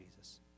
jesus